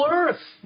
earth